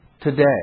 today